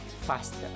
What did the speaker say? faster